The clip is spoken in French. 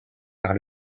par